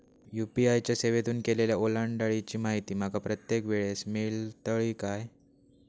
UPI च्या सेवेतून केलेल्या ओलांडाळीची माहिती माका प्रत्येक वेळेस मेलतळी काय?